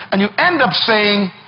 and you end up saying,